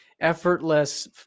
effortless